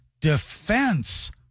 Defense